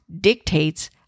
dictates